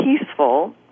peaceful